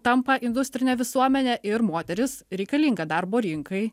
tampa industrine visuomene ir moteris reikalinga darbo rinkai